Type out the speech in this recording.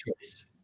choice